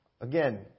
again